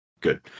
good